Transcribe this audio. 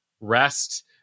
rest